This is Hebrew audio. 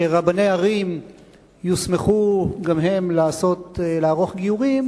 שרבני ערים יוסמכו גם הם לערוך גיורים,